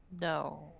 No